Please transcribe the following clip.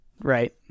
Right